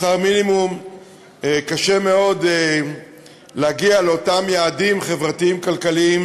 בשכר מינימום קשה מאוד להגיע לאותם יעדים חברתיים-כלכליים,